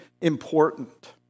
important